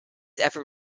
effort